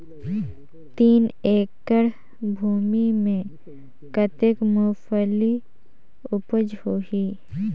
तीन एकड़ भूमि मे कतेक मुंगफली उपज होही?